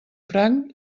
franc